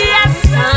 Yes